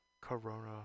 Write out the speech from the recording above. corona